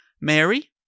Mary